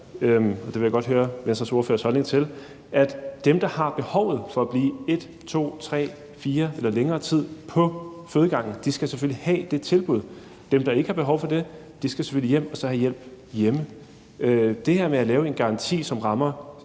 og det vil jeg godt høre Venstres ordførers holdning til – at dem, der har behovet for at blive 1, 2, 3, 4 dage eller længere tid på fødegangen, selvfølgelig skal have det tilbud, mens dem, der ikke har behov for det, selvfølgelig skal hjem og så have hjælp hjemme. Det her med at lave en garanti, som rammer